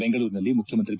ಬೆಂಗಳೂರಿನಲ್ಲಿ ಮುಖ್ಯಮಂತ್ರಿ ಬಿ